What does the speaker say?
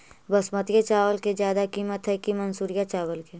बासमती चावल के ज्यादा किमत है कि मनसुरिया चावल के?